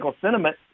sentiment